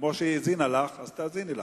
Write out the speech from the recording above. כמו שהיא האזינה לך, תאזיני לה.